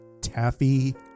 taffy